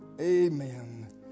amen